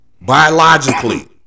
biologically